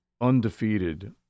undefeated